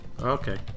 Okay